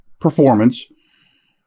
performance